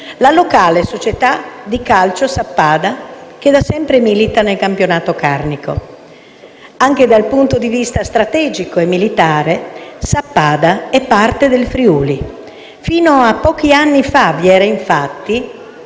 della locale ASD Calcio Sappada, che da sempre milita nel campionato carnico. Anche dal punto di vista strategico e militare, Sappada è parte del Friuli. Fino a pochi anni fa vi era infatti